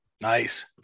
nice